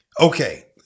Okay